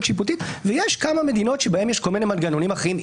שיפוטית ויש כמה מדינות בהן יש כל מיני מנגנונים אחרים,